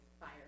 fire